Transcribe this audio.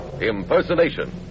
impersonation